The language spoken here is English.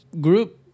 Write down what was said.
Group